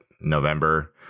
November